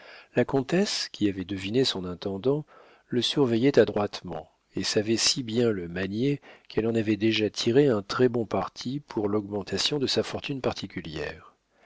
la comtesse qui avait deviné son intendant le surveillait adroitement et savait si bien le manier qu'elle en avait déjà tiré un très-bon parti pour l'augmentation de sa fortune particulière